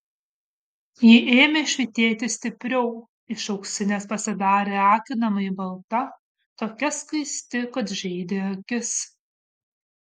ji ėmė švytėti stipriau iš auksinės pasidarė akinamai balta tokia skaisti kad žeidė akis